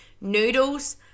Noodles